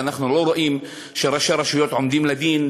ואנחנו לא רואים שראשי רשויות עומדים לדין,